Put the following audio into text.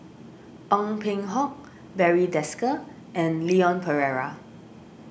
Ong Peng Hock Barry Desker and Leon Perera